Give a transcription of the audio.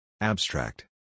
Abstract